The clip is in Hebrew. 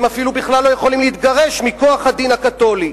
הם בכלל לא יכולים להתגרש מכוח הדין הקתולי.